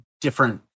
different